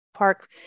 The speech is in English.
park